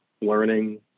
learning